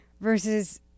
versus